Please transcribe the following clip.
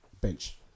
Bench